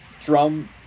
drum